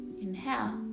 Inhale